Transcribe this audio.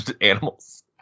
animals